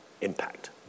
impact